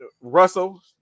Russell